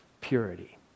purity